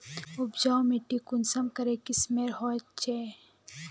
उपजाऊ माटी कुंसम करे किस्मेर होचए?